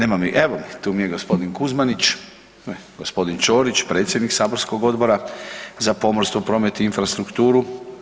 Evo tu mi je gospodin Kuzmanić, gospodin Ćorić predsjednik saborskog Odbora za pomorstvo, promet i infrastrukturu.